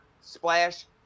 splash